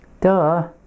Duh